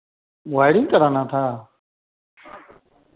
wiring कराना था